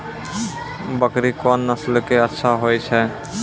बकरी कोन नस्ल के अच्छा होय छै?